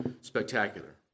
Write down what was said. spectacular